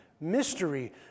mystery